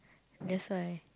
that's why